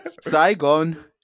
Saigon